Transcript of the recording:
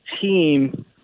team